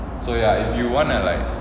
so ya if you wanna like